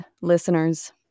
listeners